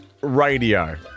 Radio